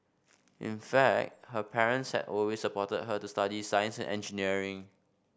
in fact her parents had always supported her to study science and engineering